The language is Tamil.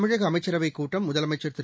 தமிழக அமைச்சரவைக் கூட்டம் முதலமைச்சர் திரு